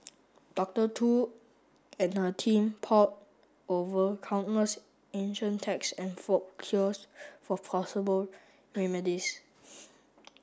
Doctor Tu and her team pored over countless ancient texts and folk cures for possible remedies